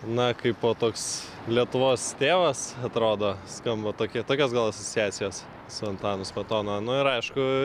na kaipo toks lietuvos tėvas atrodo skamba tokie tokios gal asociacijos su antanu smetona nu ir aišku